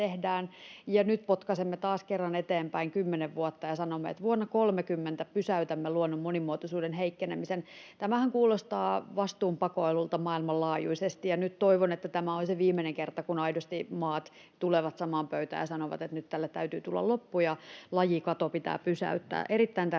nyt potkaisemme taas kerran eteenpäin kymmenen vuotta ja sanomme, että vuonna 30 pysäytämme luonnon monimuotoisuuden heikkenemisen. Tämähän kuulostaa vastuunpakoilulta maailmanlaajuisesti, ja nyt toivon, että tämä on se viimeinen kerta, kun aidosti maat tulevat samaan pöytään ja sanovat, että nyt tälle täytyy tulla loppu ja lajikato pitää pysäyttää